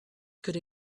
could